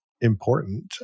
important